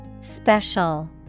Special